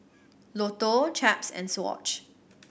Lotto Chaps and Swatch